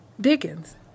Dickens